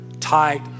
tight